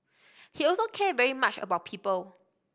he also cared very much about people